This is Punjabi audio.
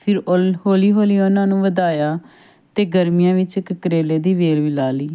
ਫਿਰ ਔਲ ਹੌਲੀ ਹੌਲੀ ਉਹਨਾਂ ਨੂੰ ਵਧਾਇਆ ਅਤੇ ਗਰਮੀਆਂ ਵਿੱਚ ਇੱਕ ਕਰੇਲੇ ਦੀ ਵੇਲ ਵੀ ਲਾ ਲਈ